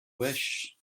wish